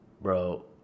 Bro